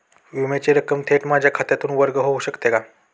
विम्याची रक्कम थेट माझ्या खात्यातून वर्ग होऊ शकते का?